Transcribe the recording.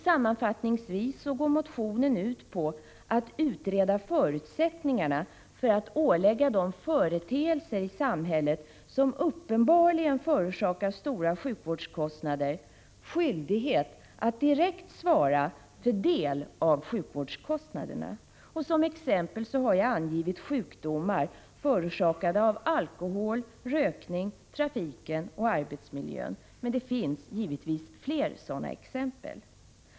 Sammanfattningsvis går motionen ut på att man skall utreda förutsättningarna för att ålägga företeelser i samhället som uppenbarligen förorsakar stora sjukvårdskostnader skyldighet att direkt svara för en del av sjukvårdskostnaderna. Som exempel har jag angivit sjukdomar förorsakade av alkohol, rökning, trafik och arbetsmiljö. Det finns givetvis fler sådana exempel.